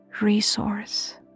resource